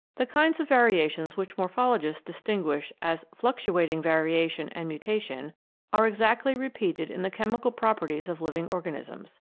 the kinds of variations which morphologists distinguish as fluctuating variation and mutation are exactly repeated in the chemical properties of living organisms.